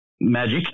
Magic